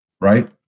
right